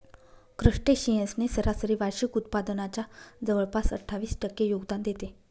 crustaceans ने सरासरी वार्षिक उत्पादनाच्या जवळपास अठ्ठावीस टक्के योगदान देते